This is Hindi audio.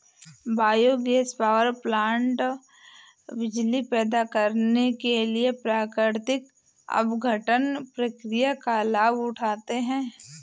बायोगैस पावरप्लांट बिजली पैदा करने के लिए प्राकृतिक अपघटन प्रक्रिया का लाभ उठाते हैं